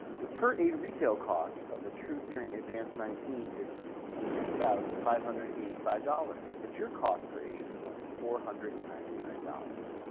the per aid retail cost of the truhearing advanced nineteen is two thousand five hundred and eighty five dollars, but your cost per aid is only four hundred and ninety nine dollars.